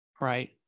Right